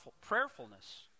prayerfulness